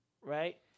right